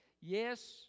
Yes